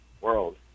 world